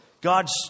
God's